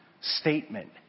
statement